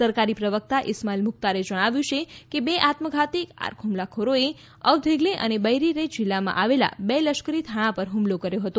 સરકારી પ્રવક્તા ઇસ્માઇલ મુખ્તારે જણાવ્યું કે બે આત્મઘાતી કાર હ્મલાખોરોએ અવધેગલે અને બૈરી રે જીલ્લામાં આવેલા બે લશ્કરી થાણા પર હુમલો કર્યો હતો